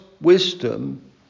wisdom